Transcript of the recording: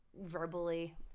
verbally